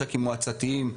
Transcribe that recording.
מש"קים מועצתיים,